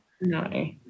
No